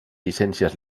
llicències